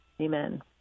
amen